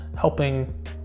helping